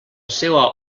seua